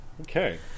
Okay